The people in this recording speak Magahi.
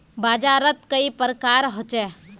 बाजार त कई प्रकार होचे?